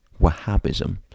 wahhabism